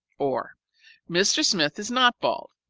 or mr. smith is not bald,